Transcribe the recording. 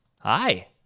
Hi